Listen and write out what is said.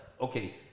okay